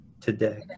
today